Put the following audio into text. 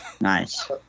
Nice